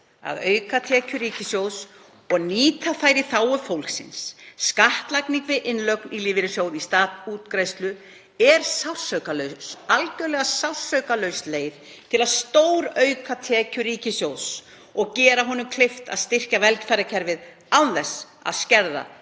að auka tekjur ríkissjóðs og nýta þær í þágu fólksins. Skattlagning við innlögn í lífeyrissjóð í stað útgreiðslu er sársaukalaus leið til að stórauka tekjur ríkissjóðs og gerir honum kleift að styrkja velferðarkerfið án þess að skerða